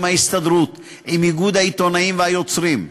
ההסתדרות ועם איגוד העיתונאים והיוצרים,